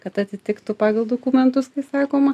kad atitiktų pagal dokumentus tai sakoma